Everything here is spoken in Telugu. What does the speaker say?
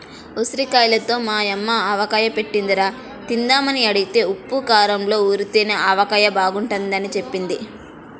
ఉసిరిగాయలతో మా యమ్మ ఆవకాయ బెట్టిందిరా, తిందామని అడిగితే ఉప్పూ కారంలో ఊరితేనే ఆవకాయ బాగుంటదని జెప్పింది